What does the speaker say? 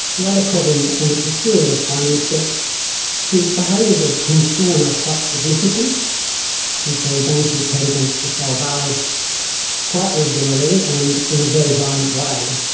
the other problem, and it's a serious one, is that his behaviours of concern are quite significant and so he bangs his head against the cell bars quite regularly and in a very violent way.